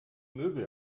möbel